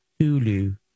Hulu